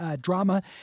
drama